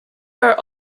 are